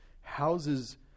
Houses